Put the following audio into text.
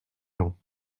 gens